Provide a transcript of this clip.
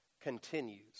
continues